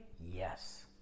yes